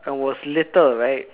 I was little right